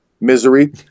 misery